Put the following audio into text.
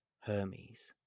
Hermes